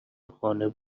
قانع